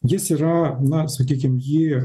jis yra na sakykim jį